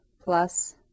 plus